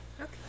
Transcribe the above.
Okay